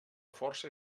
força